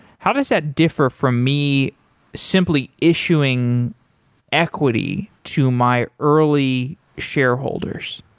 how does that differ from me simply issuing equity to my early shareholders?